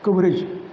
coverage